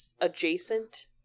adjacent